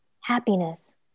happiness